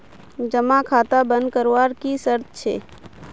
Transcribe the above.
जमा खाता बन करवार की शर्त छे?